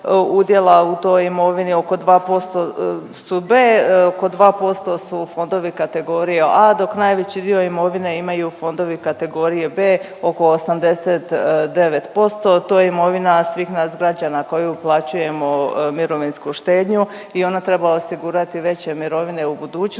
udjela u toj imovini, oko 2% su B, oko 2% su fondovi kategorija A dok najveći dio imovine imaju fondovi kategorije B oko 89%. To je imovina svih nas građana koji uplaćujemo mirovinsku štednju i ona treba osigurati veće mirovine u budućnosti.